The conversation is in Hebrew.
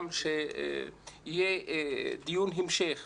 אני אבקש גם שיהיה דיון המשך,